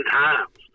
times